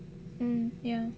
mm ya